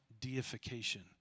deification